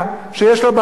שיש לה בעיות,